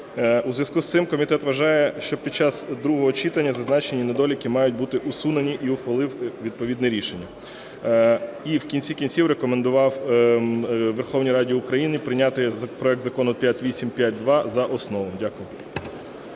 У зв'язку з цим комітет вважає, що від час другого читання зазначені недоліки мають бути усунені і ухвалив відповідне рішення. І в кінці кінців рекомендував Верховній Раді України прийняти проект Закону 5852 за основу. Дякую.